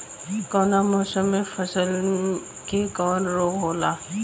कवना मौसम मे फसल के कवन रोग होला?